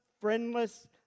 friendless